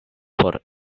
por